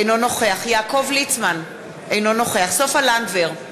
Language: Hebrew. אינו נוכח יעקב ליצמן, אינו נוכח סופה לנדבר,